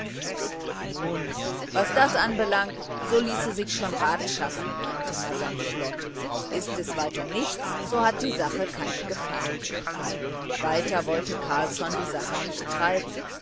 nun was das anbelangt so ließe sich schon rat schaffen meinte madame flod ist es weiter nichts so hat die sache keine gefahr weiter wollte carlsson die sache nicht treiben